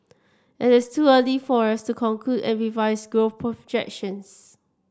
it is too early for us to conclude and revise growth projections